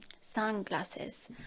sunglasses